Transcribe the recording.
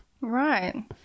Right